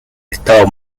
estado